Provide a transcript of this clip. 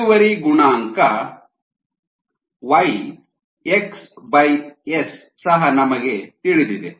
ಇಳುವರಿ ಗುಣಾಂಕ Y xS ಸಹ ನಮಗೆ ತಿಳಿದಿದೆ